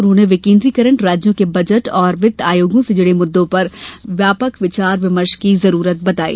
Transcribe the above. उन्होंने विकेन्द्रीकरण राज्यों के बजट और वित्त आयोगों से जुड़े मुद्दों पर व्यापक विचार विमर्श की जरूरत बताई